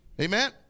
Amen